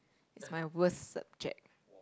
is my worst subject